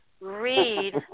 Read